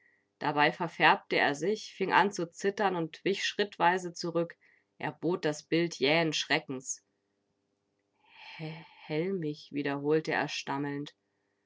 dabei verfärbte er sich fing an zu zittern und wich schrittweise zurück er bot das bild jähen schreckens hellmich wiederholte er stammelnd